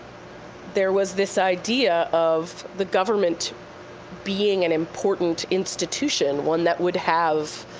there was this idea of the government being an important institution, one that would have